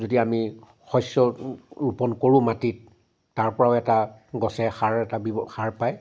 যদি আমি শষ্য ৰুপন কৰোঁ মাটিত তাৰ পৰাও এটা গছে সাৰ বিৱ সাৰ এটা পায়